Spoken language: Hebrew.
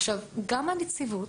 גם הנציבות